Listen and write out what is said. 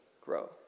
grow